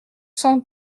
cent